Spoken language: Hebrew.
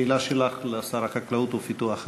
השאלה שלך לשר החקלאות ופיתוח הכפר.